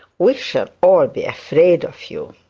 we shall all be afraid of you